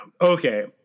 Okay